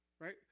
Right